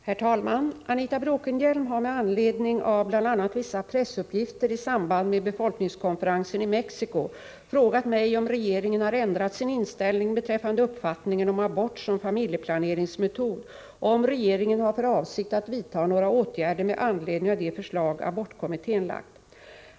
Herr talman! Anita Bråkenhielm har med anledning av bl.a. vissa pressuppgifter i samband med befolkningskonferensen i Mexico frågat mig om regeringen har ändrat sin inställning beträffande uppfattningen om abort som familjeplaneringsmetod och om regeringen har för avsikt att vidtaga några åtgärder med anledning av de förslag abortkommittén framlagt.